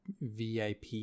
VIP